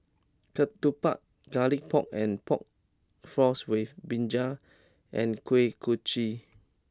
Ketupat Garlic Pork and Pork Floss with Brinjal and Kuih Kochi